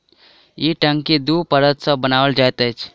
ई टंकी दू परत सॅ बनाओल जाइत छै